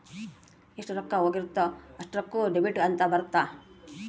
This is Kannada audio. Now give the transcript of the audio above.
ಎಷ್ಟ ರೊಕ್ಕ ಹೋಗಿರುತ್ತ ಅಷ್ಟೂಕ ಡೆಬಿಟ್ ಅಂತ ಬರುತ್ತ